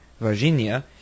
Virginia